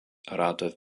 rato